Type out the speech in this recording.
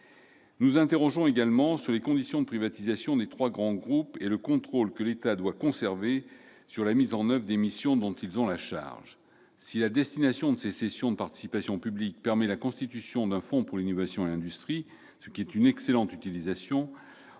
nous interrogeons également sur les conditions de privatisation de trois grands groupes et sur le contrôle que l'État doit conserver sur la mise en oeuvre des missions dont ceux-ci ont la charge. Si la destination de ces cessions de participations publiques permet la constitution d'un fonds pour l'innovation et l'industrie- une excellente utilisation